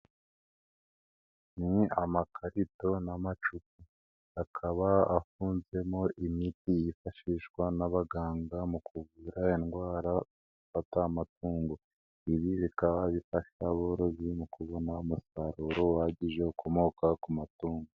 Ni amakarito n'amacupa akaba afunzemo imiti yifashishwa n'abaganga mu kuvura indwara zifata amatungo, ibi bikaba bifasha aborozi mu kubona umusaruro uhagije ukomoka ku matungo.